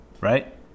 right